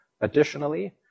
Additionally